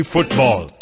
Football